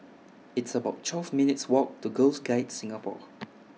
It's about twelve minutes' Walk to Girls Guides Singapore